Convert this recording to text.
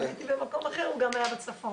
הייתי במקום אחר, הוא גם היה בצפון.